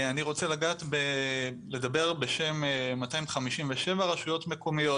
אני רוצה לדבר בשם 257 רשויות מקומיות.